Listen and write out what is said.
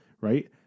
Right